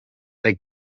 they